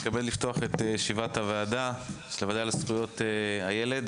אני מתכבד את ישיבת הוועדה המיוחדת לזכויות הילד.